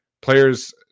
players